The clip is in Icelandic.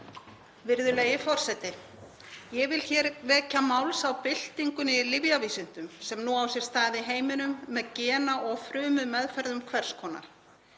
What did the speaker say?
Virðulegi forseti. Ég vil hér vekja máls á byltingunni í lyfjavísindum sem nú á sér stað í heiminum með gena- og frumumeðferðum hvers konar.